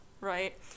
right